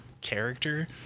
character